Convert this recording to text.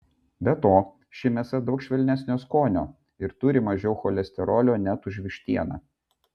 be to ši mėsa daug švelnesnio skonio ir turi mažiau cholesterolio net už vištieną